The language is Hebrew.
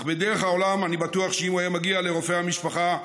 אך בדרך העולם אני בטוח שאם הוא היה מגיע לרופא המשפחה,